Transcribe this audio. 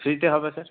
ফ্রিতে হবে স্যার